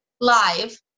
Live